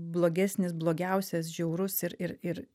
blogesnis blogiausias žiaurus ir ir ir